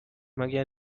مگر